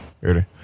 Ready